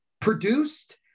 produced